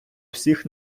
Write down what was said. всіх